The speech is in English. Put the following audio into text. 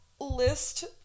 List